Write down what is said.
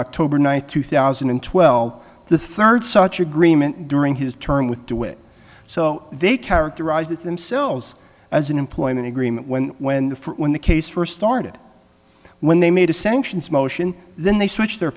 october ninth two thousand and twelve the third such agreement during his term with de witt so they characterized it themselves as an employment agreement when when the when the case first started when they made a sanctions motion then they switched their